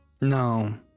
No